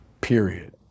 period